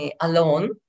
alone